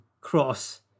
cross